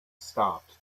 stopped